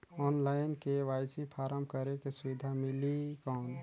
Online KYC form करेके सुविधा मिली कौन?